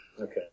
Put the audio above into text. Okay